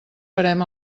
farem